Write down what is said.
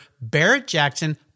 Barrett-Jackson